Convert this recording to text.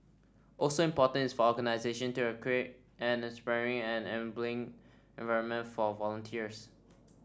also important is for organisation to create an inspiring and enabling environment for volunteers